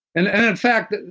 and and in fact,